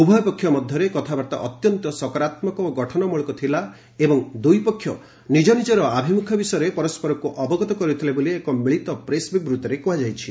ଉଭୟ ପକ୍ଷ ମଧ୍ୟରେ କଥାବାର୍ତ୍ତା ଅତ୍ୟନ୍ତ ସକାରାତ୍ମକ ଓ ଗଠନ ମୂଳକ ଥିଲା ଏବଂ ଦୁଇପକ୍ଷ ନିକ ନିକର ଆଭିମୁଖ୍ୟ ବିଷୟରେ ପରସରକୁ ଅବଗତ କରିଥିଲେ ବୋଲି ଏକ ମିଳିତ ପ୍ରେସ୍ ବିବୃତ୍ତିରେ କୁହାଯାଇଛି